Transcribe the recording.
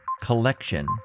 collection